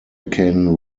can